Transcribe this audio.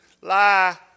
Lie